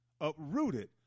uprooted